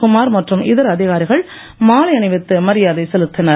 குமார் மற்றும் இதர அதிகாரிகள் மாலை அணிவித்து மரியாதை செலுத்தினர்